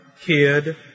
kid